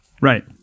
Right